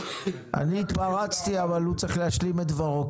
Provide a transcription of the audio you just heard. אני התפרצתי, אבל הוא צריך להשלים את דברו.